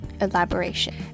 elaboration